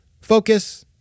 Focus